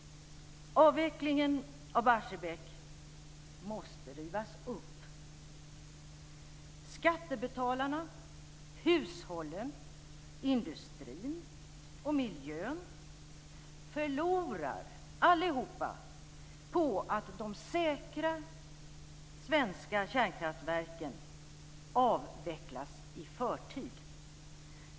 Avvecklingen av Barsebäck måste rivas upp. Skattebetalarna, hushållen, industrin och miljön förlorar allihop på att de säkra svenska kärnkraftverken avvecklas i förtid.